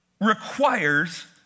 requires